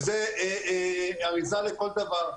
וזו אריזה לכל דבר.